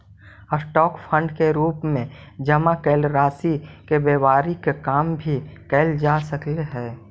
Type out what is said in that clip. stock fund के रूप में जमा कैल राशि से व्यापारिक काम भी कैल जा सकऽ हई